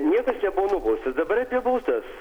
niekas nebuvo nubaustas dabar apie baudas